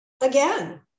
again